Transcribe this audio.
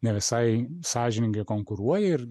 ne visai sąžiningai konkuruoja ir